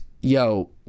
Yo